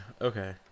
Okay